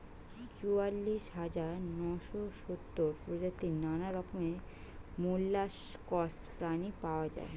চুরাশি হাজার নয়শ সাতাত্তর প্রজাতির নানা রকমের মোল্লাসকস প্রাণী পাওয়া যায়